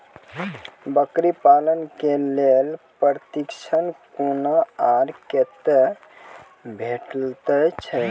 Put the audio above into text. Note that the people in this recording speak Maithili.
बकरी पालन के लेल प्रशिक्षण कूना आर कते भेटैत छै?